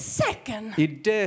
second